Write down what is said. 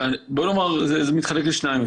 זה מתחלק לשניים.